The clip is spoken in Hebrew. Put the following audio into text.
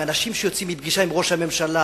מאנשים שיוצאים מפגישה עם ראש הממשלה